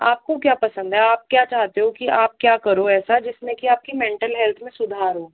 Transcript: आपको क्या पसंद है आप क्या चाहते हो कि आप क्या करो ऐसा जिसमें कि आपकी मेंटल हेल्थ में सुधार हो